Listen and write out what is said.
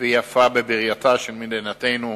ויפה בבירתה של מדינתנו,